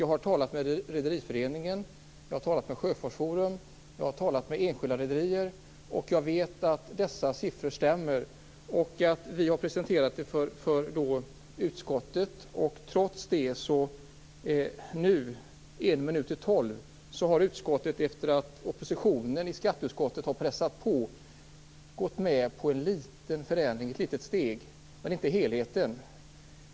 Jag har talat med Rederiföreningen, Sjöfartsjouren och enskilda rederier, och jag vet att dessa siffror stämmer. Vi har presenterat dem för utskottet. Trots det har utskottet nu en minut i tolv, efter det att oppositionen i skatteutskottet har pressat på, gått med på en liten förändring, ett litet steg, men inte helheten.